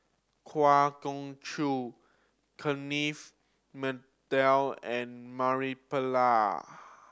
Kwa Geok Choo Kenneth Mitchell and Murali Pillai